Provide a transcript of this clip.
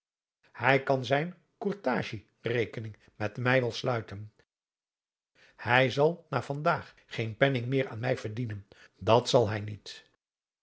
hij kan zijn courtagie rekening met mij wel sluiten hij zal na van daag geen penning meer aan mij verdienen dat zal hij niet